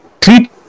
treat